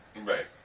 Right